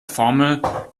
formel